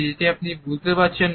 যেটি আপনি বুঝতে পারছেন না